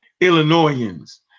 Illinoisans